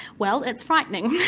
well it's frightening.